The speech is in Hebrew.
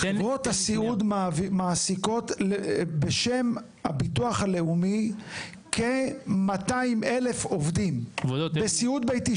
חברות הסיעוד מעסיקים בשם הביטוח הלאומי כ-200,000 עובדים בסיעוד ביתי.